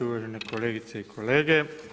Uvažene kolegice i kolege.